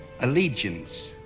Allegiance